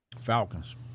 Falcons